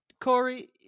Corey